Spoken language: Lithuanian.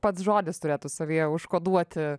pats žodis turėtų savyje užkoduoti